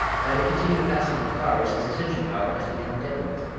by the continual passing of cars his attention-power has become deadened.